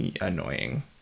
annoying